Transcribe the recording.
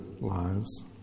lives